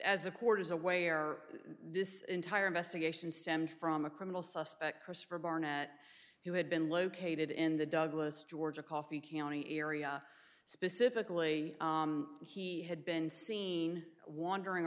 as a porter's away or this entire investigation stemmed from a criminal suspect christopher barnett who had been located in the douglas georgia coffee county area specifically he had been seen wandering